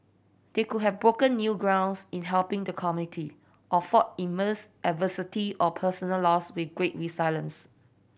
they could have broken new grounds in helping the community or fought immense adversity or personal loss with great resilience